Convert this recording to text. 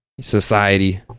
society